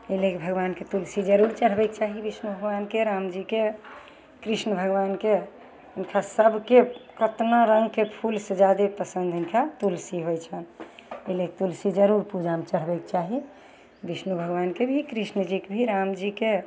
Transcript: अइ लागी भगवानके तुलसी जरूर चढ़बयके चाही विष्णु भगवानके राम जीके कृष्ण भगवानके हुनका सबके कतना रङ्गके फूलसँ जादे पसन्द हुनका तुलसी होइ छनि ओइ लए तुलसी जरूर पूजामे चढ़बयके चाही विष्णु भगवानके भी कृष्ण जीके भी राम जीके